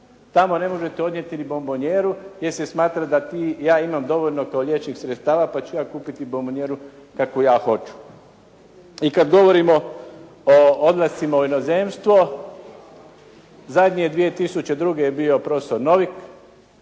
Tamo ne možete odnijeti ni bombonjeru jer se smatra da ja imam dovoljno kao liječnik sredstava pa ću ja kupiti bombonjeru kakvu ja hoću. I kada govorimo o odlascima u inozemstvo, zadnje 2002. je bio prof. Novik,